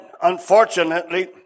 unfortunately